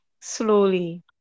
slowly